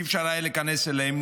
שלא היה אפשר להיכנס אליהם,